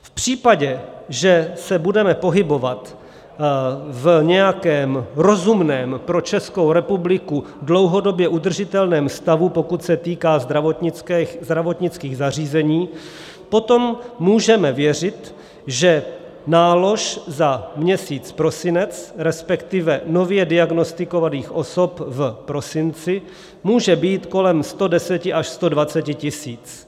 V případě, že se budeme pohybovat v nějakém rozumném, pro Českou republiku dlouhodobě udržitelném stavu, pokud se týká zdravotnických zařízení, potom můžeme věřit, že nálož za měsíc prosinec, resp. nově diagnostikovaných osob v prosinci může být kolem 110 až 120 tisíc.